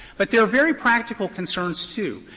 but there are very practical concerns, too.